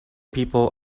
people